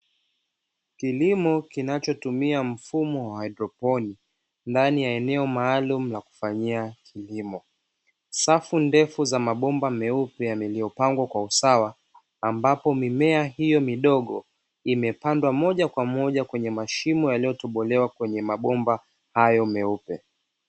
Kilimo kinachotumia mfumo wa haidroponi, ndani ya eneo maalum ya kufanyia kilimo, safu ndefu ya mabomba meupe yaliyopangwa kwa usawa ambapo mimea hiyo midogo imepandwa moja kwa moja kwenye mashimo yaliyotobolewa kwenye mabomba hayo meupe.